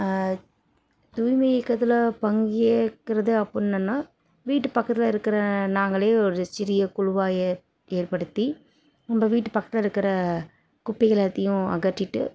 தூய்மை இயக்கத்தில் பங்கேற்கிறது அப்புடின்னென்னா வீட்டு பக்கத்தில் இருக்கிற நாங்களே ஒரு சிறிய குழுவாக ஏற் ஏற்படுத்தி நம்ம வீட்டு பக்கத்தில் இருக்கிற குப்பைகள் எல்லாத்தையும் அகற்றிவிட்டு